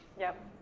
yep,